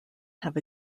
have